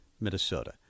Minnesota